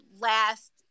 last